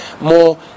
more